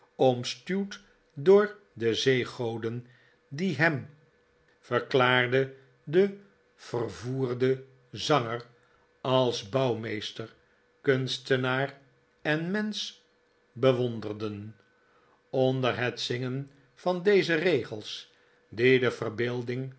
omstuwd door de zeegoden die hem verklaarde de vervoerde zanger als bouwmeester kunstenaar en mensch bewonderden onder het zingen van deze regels die de verbeelding